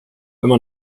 immer